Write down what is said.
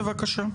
בבקשה.